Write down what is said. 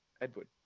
Edward